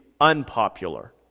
unpopular